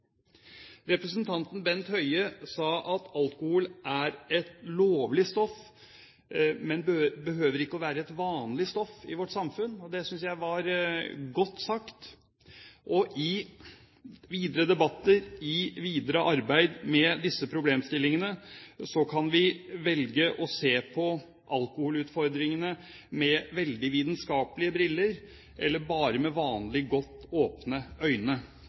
Representanten Bent Høie sa at alkohol er et lovlig stoff, men behøver ikke å være et vanlig stoff i vårt samfunn, og det synes jeg var godt sagt. I videre debatter, i videre arbeid med disse problemstillingene, kan vi velge å se på alkoholutfordringene med veldig vitenskapelige briller, eller bare med vanlig godt åpne øyne.